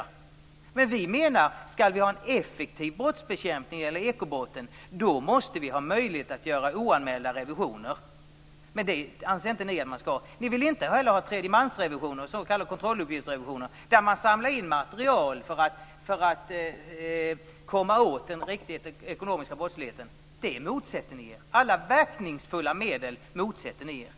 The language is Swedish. Vi menar att om man skall ha en effektiv brottsbekämpning när det gäller ekobrotten, måste man ha möjlighet att göra oanmälda revisioner. Men det anser inte ni att man skall ha. Ni vill heller inte ha tredjemansrevisioner och s.k. kontrolluppgiftsrevisioner, där man samlar in material för att komma åt den ekonomiska brottsligheten. Detta motsätter ni. Alla verkningsfulla medel motsätter ni er.